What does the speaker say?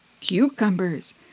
cucumbers